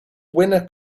winner